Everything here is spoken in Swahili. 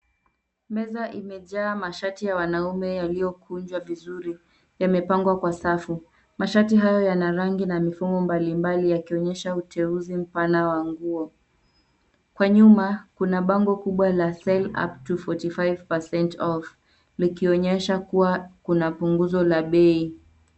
Meza imejaa mashati ya wanaume yaliyokunjwa vizuri yamepangwa kwa safu, mashati hayo yana rangi na mifumo mbali mbali yakionyesha uteuzi mpana wa nguo, kwa nyuma kuna bango kubwa la Sale up to 45% off likionyesha kuwa kuna punguzo la bei.